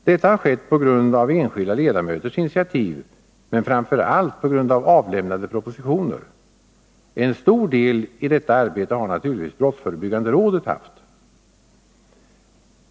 Detta har skett på grund av enskilda ledamöters initiativ, men framför allt på grund av avlämnade propositioner. En stor del i detta arbete har naturligtvis brottsförebyggande rådet.